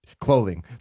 clothing